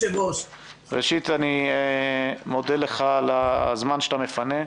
ראשית, אני מודה לך על הזמן שאתה מפנה.